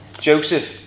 Joseph